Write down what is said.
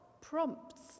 prompts